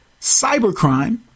cybercrime